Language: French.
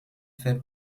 fait